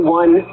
one